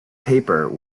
paper